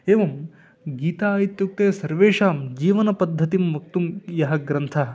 एवं गीता इत्युक्ते सर्वेषां जीवनपद्धतिं वक्तुं यः ग्रन्थः